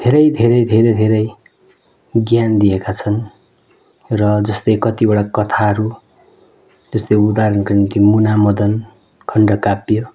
धेरै धेरै धेरै धेरै ज्ञान दिएका छन् र जस्तै कतिवटा कथाहरू जस्तै उदाहरणका निम्ति मुनामदन खण्डकाव्य